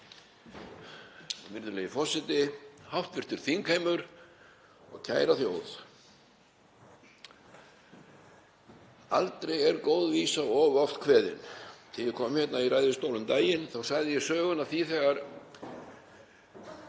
Virðulegi forseti, hv. þingheimur og kæra þjóð. Aldrei er góð vísa of oft kveðin. Þegar ég kom hérna í ræðustól um daginn þá sagði ég söguna af því þegar